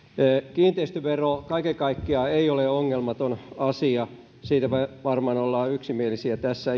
kiinteistövero kaiken kaikkiaan ei ole ongelmaton asia siitä varmaan ollaan yksimielisiä tässä